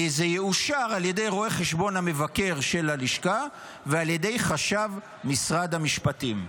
וזה יאושר על ידי רואה חשבון המבקר של הלשכה ועל ידי חשב משרד המשפטים.